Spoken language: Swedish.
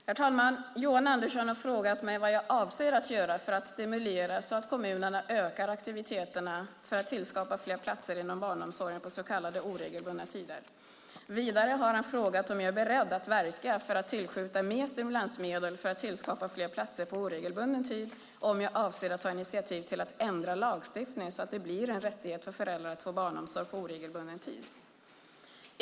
Herr talman! Johan Andersson har frågat mig vad jag avser att göra för att stimulera så att kommunerna ökar aktiviteterna för att tillskapa fler platser inom barnomsorgen på så kallade oregelbundna tider. Vidare har han frågat om jag är beredd att verka för att tillskjuta mer stimulansmedel för att tillskapa fler platser på oregelbunden tid och om jag avser att ta initiativ till att ändra lagstiftningen så att det blir en rättighet för föräldrar att få barnomsorg på oregelbunden tid.